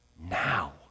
Now